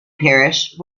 parish